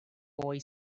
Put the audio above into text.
boy